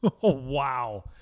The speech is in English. wow